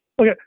Okay